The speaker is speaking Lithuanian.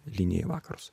liniją į vakarus